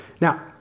Now